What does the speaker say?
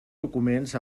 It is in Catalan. documents